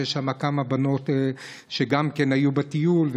ויש שם כמה בנות שגם הן היו בטיול,